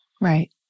Right